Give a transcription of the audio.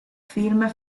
film